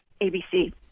ABC